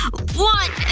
one!